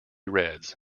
reds